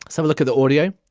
so a look at the audio.